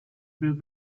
build